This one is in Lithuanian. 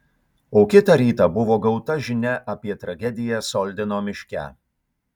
o kitą rytą buvo gauta žinia apie tragediją soldino miške